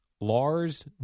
Lars